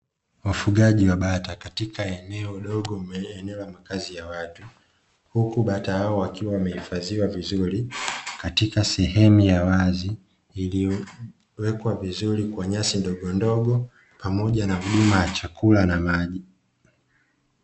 Wafugaji wa bata katika eneo dogo, eneo la makazi ya watu, huku bata hao wakiwa wamehifadhiwa vizuri katika sehemu ya wazi iliyowekwa vizuri kwa nyasi ndogondogo pamoja na huduma ya chakula na maji.